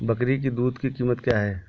बकरी की दूध की कीमत क्या है?